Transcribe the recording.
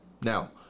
Now